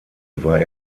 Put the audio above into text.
war